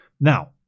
Now